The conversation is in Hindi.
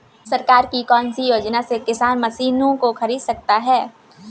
सरकार की कौन सी योजना से किसान मशीनों को खरीद सकता है?